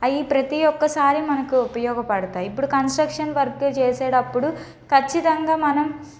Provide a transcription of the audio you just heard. అవి ప్రతీ ఒక్కసారి మనకు ఉపయోగపడతాయి ఇప్పుడు కన్స్ట్రక్షన్ వర్క్ చేసేటప్పుడు ఖచ్చితంగా మనం